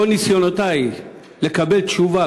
עם כל ניסיונותי לקבל תשובה,